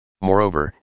Moreover